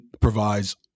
provides